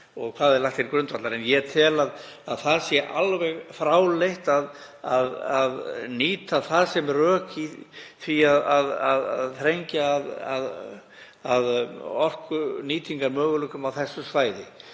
og hvað er lagt til grundvallar. En ég tel að það sé alveg fráleitt að nýta það sem rök í því að þrengja að orkunýtingarmöguleikum á þessu svæði.